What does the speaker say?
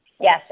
Yes